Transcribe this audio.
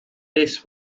this